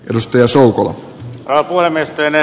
jos työsulku granholm esittelee